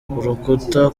urukuta